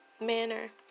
manner